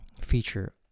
feature